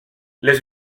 les